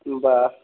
होनबा